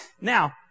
Now